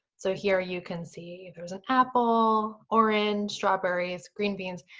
so here you can see there's an apple, orange, strawberries, green beans,